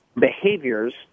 behaviors